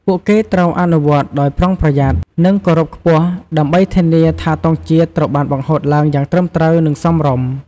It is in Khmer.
ពួកគេត្រូវអនុវត្តដោយប្រុងប្រយ័ត្ន និងគោរពខ្ពស់ ដើម្បីធានាថាទង់ជាតិត្រូវបានបង្ហូតឡើងយ៉ាងត្រឹមត្រូវ និងសមរម្យ។